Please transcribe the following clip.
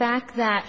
fact that